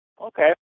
Okay